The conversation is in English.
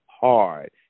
hard